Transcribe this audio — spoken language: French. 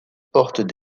portent